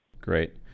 Great